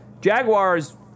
Jaguars